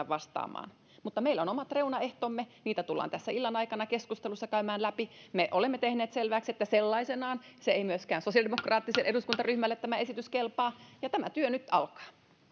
vastaamaan siihen mutta meillä on omat reunaehtomme niitä tullaan tässä illan aikana keskustelussa käymään läpi me olemme tehneet selväksi että sellaisenaan tämä esitys ei myöskään sosiaalidemokraattiselle eduskuntaryhmälle kelpaa ja tämä työ nyt alkaa